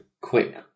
quick